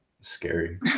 scary